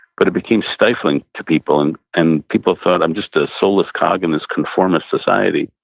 but it became stifling to people. and and people thought, i'm just a soulless cog in this conformist society.